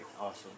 awesome